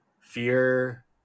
fear